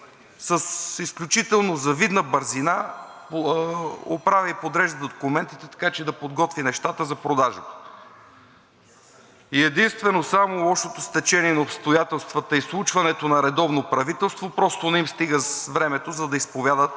с изключително завидна бързина оправи и подрежда документите, така че да подготви нещата за продажбите и единствено само лошото стечение на обстоятелствата и случването на редовно правителство просто не им стига времето, за да изповядат